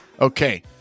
Okay